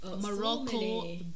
Morocco